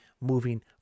moving